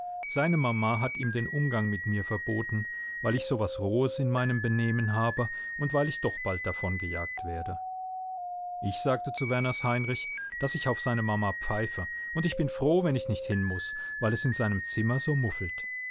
seine mama hat ihm den umgang mit mir verboten weil ich so was rohes in meinem benehmen habe und weil ich doch bald davongejagt werde ich sagte zu werners heinrich daß ich auf seine mama pfeife und ich bin froh wenn ich nicht hin muß weil es in seinem zimmer so muffelt